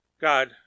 god